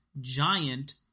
giant